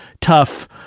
tough